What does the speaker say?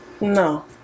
No